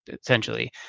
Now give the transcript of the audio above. essentially